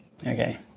Okay